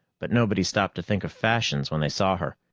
but nobody stopped to think of fashions when they saw her.